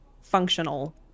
functional